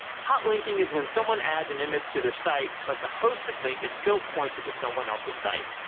hotlinking is when someone adds an image to their site, but the hosted link is still pointed to someone else's site.